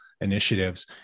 initiatives